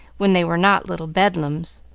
when they were not little bedlams.